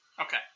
Okay